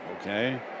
okay